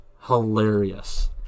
Hilarious